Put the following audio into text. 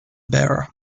bearer